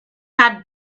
had